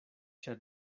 ĉar